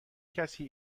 کسی